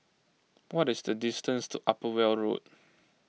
what is the distance to Upper Weld Road